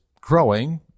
growing